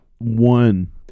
One